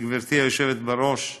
גברתי היושבת-ראש,